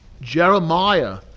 jeremiah